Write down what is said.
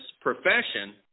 profession